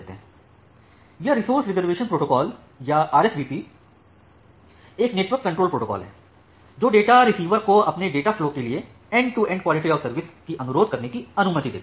तो यह resource reservation protocol या आरएसवीपी एक नेटवर्क कंट्रोल प्रोटोकॉल है जो डेटा रिसीवर को अपने डेटा फ़लो के लिए end to end quality of सर्विससेवा की अनुरोध करने की अनुमति देता है